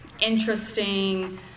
interesting